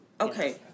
Okay